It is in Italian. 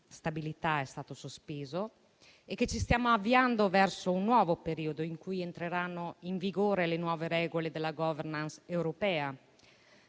stabilità è stato sospeso e che ci stiamo avviando verso un nuovo periodo, in cui entreranno in vigore le nuove regole della *governance* europea.